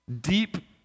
deep